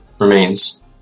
Remains